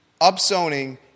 Upzoning